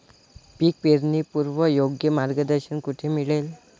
पीक पेरणीपूर्व योग्य मार्गदर्शन कुठे मिळेल?